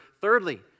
Thirdly